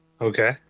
Okay